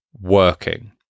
working